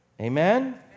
Amen